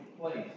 place